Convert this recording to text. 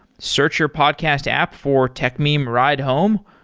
search your podcast app for techmeme ride home,